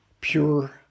pure